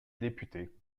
député